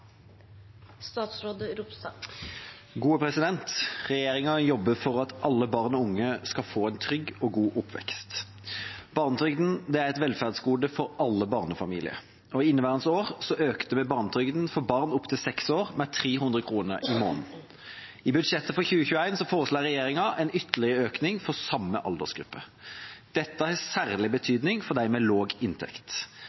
et velferdsgode for alle barnefamilier. I inneværende år økte vi barnetrygden for barn opptil 6 år med 300 kr i måneden. I budsjettet for 2021 foreslår regjeringa en ytterligere økning for samme aldersgruppe. Dette har særlig